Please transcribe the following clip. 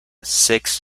six